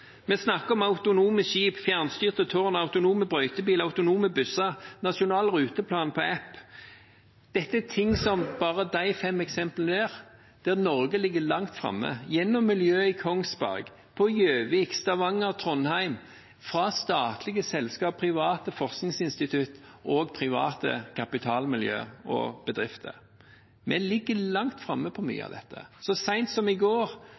Vi snakket om autonome skip, fjernstyrte tårn, autonome brøytebiler, autonome busser og nasjonal ruteplan på app. Bare de fem tingene er eksempler der Norge ligger langt framme, gjennom miljøet i Kongsberg, på Gjøvik, Stavanger, Trondheim, fra statlige selskap, private forskningsinstitutt, private kapitalmiljø og bedrifter. Vi ligger langt framme på mye av dette. Så seint som i går